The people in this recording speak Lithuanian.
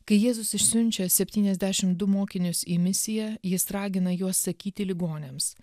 kai jėzus išsiunčia septyniasdešim du mokinius į misiją jis ragina juos sakyti ligoniams